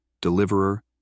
deliverer